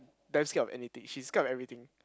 damn scared of anything she's scared of everything